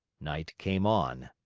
night came on.